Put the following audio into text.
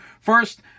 First